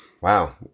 Wow